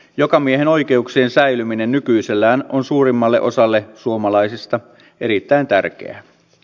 jokamiehenoikeuksien säilyminen nykyisellään on suurimmalle osalle suomalaisista erittäin tärkeää